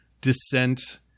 descent